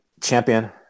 Champion